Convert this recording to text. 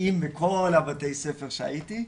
אם בכל בתי הספר שהייתי,